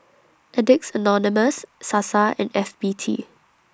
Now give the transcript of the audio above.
Addicts Anonymous Sasa and F B T